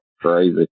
crazy